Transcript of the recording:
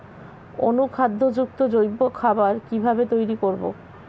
অনুখাদ্য যুক্ত জৈব খাবার কিভাবে তৈরি করব?